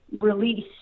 release